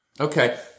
okay